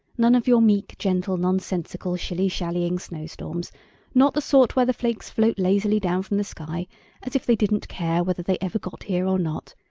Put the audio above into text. none of your meek, gentle, nonsensical, shilly-shallying snow-storms not the sort where the flakes float lazily down from the sky as if they didn't care whether they ever got here or not,